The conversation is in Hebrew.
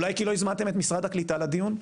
אולי כי לא הזמנתם את משרד הקליטה לדיון?